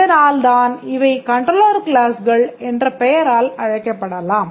இதனால்தான் இவை கண்ட்ரோலர் க்ளாஸ்கள் என்ற பெயரால் அழைக்கப்படலாம்